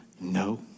no